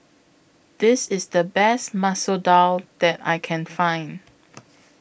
This IS The Best Masoor Dal that I Can Find